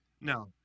Now